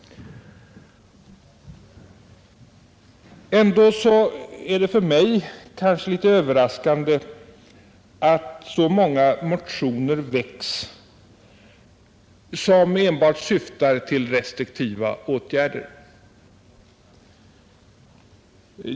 Ändå är det för mig överraskande att så många motioner väckts, vilka enbart syftar till restriktiva åtgärder.